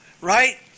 right